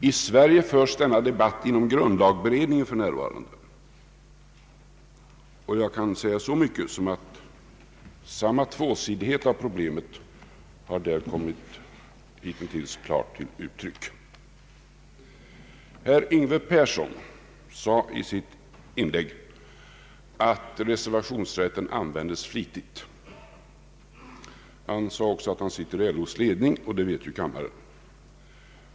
I Sverige förs denna debatt för närvarande inom <:grundlagberedningen, och jag kan säga så mycket som att samma tvåsidighet av problemet där har kommit till klart uttryck. Herr Yngve Persson sade i sitt inlägg att reservationsrätten användes flitigt. Han sade också att han sitter i LO:s ledning, och det vet ju kammarens l1edamöter.